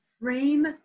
frame